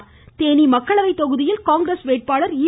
கேனி மக்களவை தொகுதியில் காங்கிரஸ் வேட்பாளர் ஈ